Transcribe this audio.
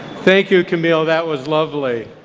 thank you camille, that was lovely.